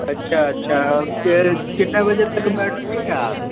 अच्छा अच्छा ये कितने बजे तक बैठती हैं आप